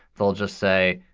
they'll just say,